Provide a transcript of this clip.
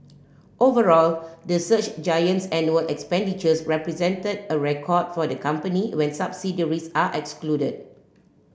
overall the search giant's annual expenditures represented a record for the company when subsidiaries are excluded